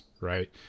right